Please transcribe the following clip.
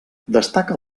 destaca